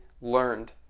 learned